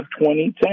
2010